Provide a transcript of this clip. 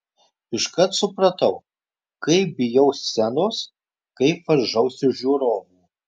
iškart supratau kaip bijau scenos kaip varžausi žiūrovų